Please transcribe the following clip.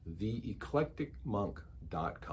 theeclecticmonk.com